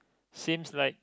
seems like